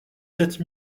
sept